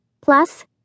Plus